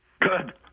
good